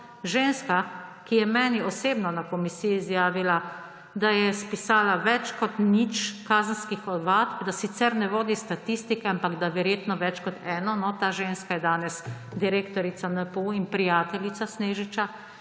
ženska, ki je meni osebno na komisiji izjavila, da je spisala več kot nič kazenskih ovadb, da sicer ne vodi statistike, ampak, da verjetno več kot eno. No, ta ženska je danes direktorica NPU in prijateljica Snežiča.